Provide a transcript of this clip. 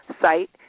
site